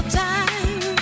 time